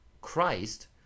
Christ